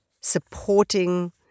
supporting